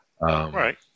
Right